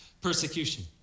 persecution